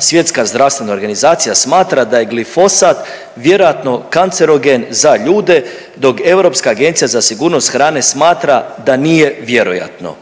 Svjetska zdravstvena organizacija smatra da je glifosat vjerojatno kancerogen za ljude dok Europska agencija za sigurnost hrane smatra da nije vjerojatno.“